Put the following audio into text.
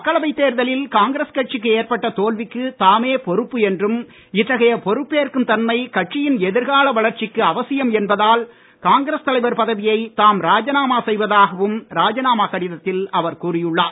மக்களவை தேர்தலில் காங்கிரஸ் கட்சிக்கு ஏற்பட்ட தோல்விக்கு தாமே பொறுப்பு என்றும் இத்தகைய பொறுப்பேற்கும் தன்மை கட்சியின் எதிர்கால வளர்ச்சிக்கு அவசியம் என்பதால் காங்கிரஸ் தலைவர் பதவியை தாம் ராஜினாமா செய்வதாகவும் ராஜினாமா கடிதத்தில் அவர் கூறி உள்ளார்